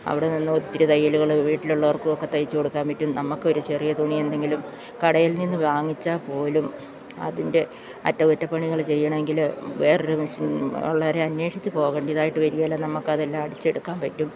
അവിടെ നിന്ന് ഒത്തിരി തയ്യലുകൾ വീട്ടിലുള്ളവർക്കും ഒക്കെ തയ്ച്ചു കൊടുക്കാൻ പറ്റും നമ്മക്കൊരു ചെറിയ തുണി എന്തെങ്കിലും കടയിൽ നിന്ന് വാങ്ങിച്ചാൽപ്പോലും അതിൻ്റെ അറ്റകുറ്റപ്പണികൾ ചെയ്യണമെങ്കിൽ വേറൊരു മെഷീൻ വളരെ അന്വേഷിച്ച് പോകേണ്ടതായിട്ട് വരില്ല നമ്മൾക്കതെല്ലാം അടിച്ചെടുക്കാൻ പറ്റും